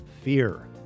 fear